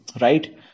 Right